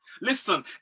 Listen